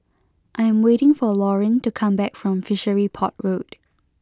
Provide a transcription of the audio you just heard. I'm waiting for Laurine to come back from Fishery Port Road